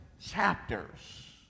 chapters